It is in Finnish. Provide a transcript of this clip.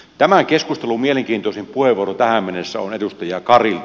tämän keskustelun mielenkiintoisin puheenvuoro tähän mennessä on edustaja karilta